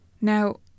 Now